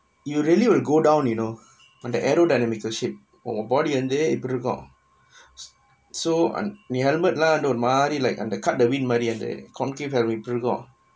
you you really will go down you know on the aerodynamical shape உங்க:unga body வந்து எப்டி இருக்கு:vanthu epdi irukku so நீ:nee helmet lah வந்து ஒரு மாரி:vanthu oru maari like அந்த:antha cut the wind மாரி அந்த:maari antha concave helmet இருக்கோ:irukko